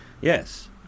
yes